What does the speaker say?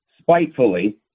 spitefully